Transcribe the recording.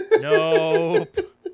nope